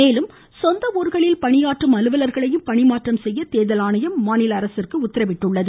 மேலும் சொந்த ஊர்களில் பணியாற்றும் அலுவலர்களையும் பணிமாற்றம் செய்ய தேர்தல் ஆணையம் உத்தரவிட்டுள்ளது